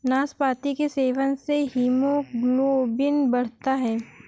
नाशपाती के सेवन से हीमोग्लोबिन बढ़ता है